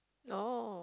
oh